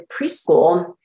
preschool